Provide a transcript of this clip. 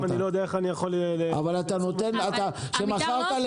אם אני לא יודע איך אני יכול -- כשמכרת למישהו